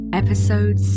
episode